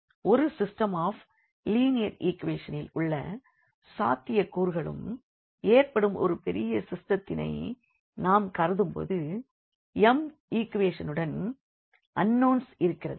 ஒரு system of linear equations உள்ள சாத்தியக் கூறுகளும் ஏற்படும் ஒரு பெரிய சிஸ்டத்தினை நாம் கருதும் போது m ஈக்வேஷன்சுடன் அன்னோன்ஸ் இருக்கிறது